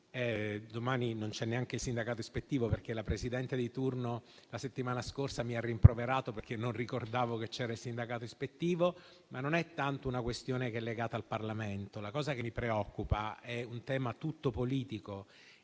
domani non c'è neanche il sindacato ispettivo, mentre la Presidente di turno la settimana scorsa mi ha rimproverato perché non ricordavo che ci fosse il sindacato ispettivo. Non è tanto una questione legata al Parlamento. La cosa che mi preoccupa è un tema tutto politico